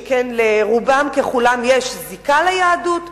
שכן לרובם ככולם יש זיקה ליהדות,